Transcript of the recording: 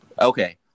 Okay